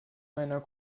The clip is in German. meiner